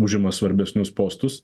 užima svarbesnius postus